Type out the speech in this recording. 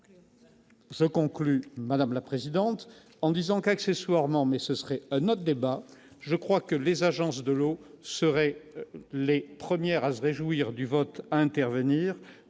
ma conclusion, madame la présidente. Accessoirement, mais ce serait un autre débat, je crois que les agences de l'eau seraient les premières à se réjouir du vote à venir,